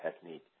technique